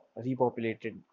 repopulated